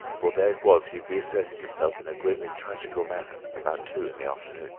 for there it was he re-asserted himself in a grimly tragical manner about two in the afternoon